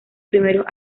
primeros